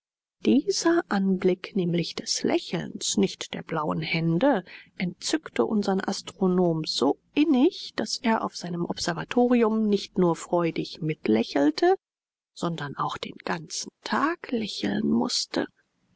dieser anblick nämlich des lächelns nicht der blauen hände entzückte unsern astronom so innig daß er auf seinem observatorium nicht nur freudig mitlächelte sondern auch den ganzen tag lächeln mußte